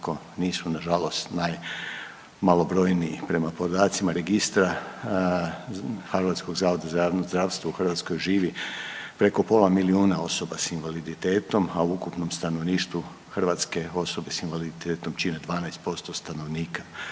Hrvatskoj živi preko pola milijuna osoba s invaliditetom, a u ukupnom stanovništvu Hrvatske osobe s invaliditetom čine 12% stanovnika.